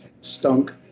stunk